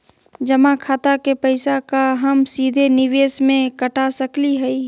जमा खाता के पैसा का हम सीधे निवेस में कटा सकली हई?